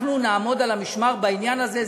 אנחנו נעמוד על המשמר בעניין הזה.